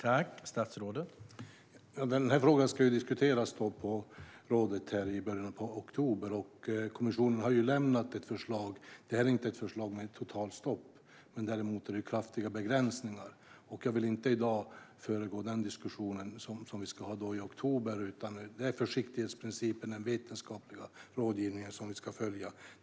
Herr talman! Den här frågan ska diskuteras på rådet i början av oktober. Kommissionen har lämnat ett förslag. Det är inte ett förslag om ett totalt stopp. Däremot är det kraftiga begränsningar. Jag vill inte i dag föregå den diskussion som vi ska ha i oktober. Det är försiktighetsprincipen och den vetenskapliga rådgivningen som vi ska följa.